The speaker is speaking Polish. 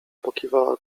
pokiwała